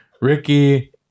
Ricky